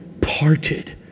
parted